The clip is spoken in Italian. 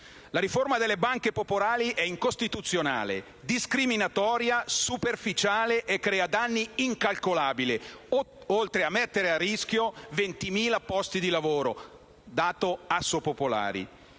La riforma delle banche popolari è incostituzionale, discriminatoria, superficiale e crea danni incalcolabili, oltre a mettere a rischio 20.000 posti di lavoro (dato Assopopolari).